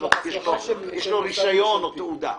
יש לו רישיון או תעודה.